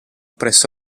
presto